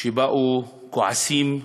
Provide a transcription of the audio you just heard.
שבאו כועסים,